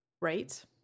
Right